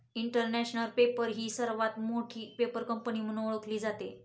international Paper ही सर्वात मोठी पेपर कंपनी म्हणून ओळखली जाते